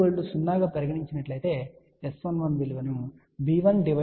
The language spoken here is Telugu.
కాబట్టి మీరు a2 0 గా పరిగణించి నట్లయితే S11 విలువను b1 డివైడెడ్ బై a1 గా చూడవచ్చు